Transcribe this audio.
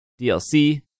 DLC